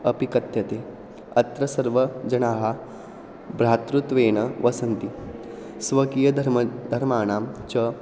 अपि कथ्यते अत्र सर्वे जनाः भ्रातृत्वेन वसन्ति स्वकीयधर्मस्य धर्माणां च